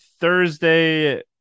Thursday